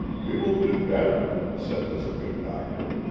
we will do better, said this good doctor.